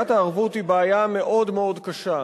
היא בעיה מאוד מאוד קשה,